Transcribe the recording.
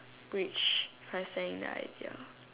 bridge for saying the idea